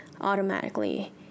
automatically